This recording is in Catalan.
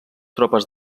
tropes